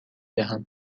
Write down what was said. دهم